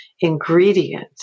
ingredient